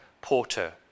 porter